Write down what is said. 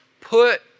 put